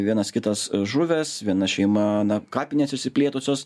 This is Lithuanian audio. vienas kitas žuvęs viena šeima na kapinės išsiplėtusios